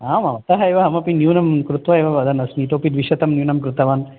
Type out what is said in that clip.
आम् अतः एव अहमपि न्यूनं कृत्वा एव वदनस्मि इतोपि द्विशतं न्यूनं कृतवान्